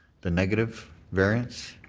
the negative variance?